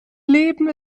leben